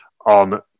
on